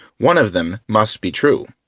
one of them must be true.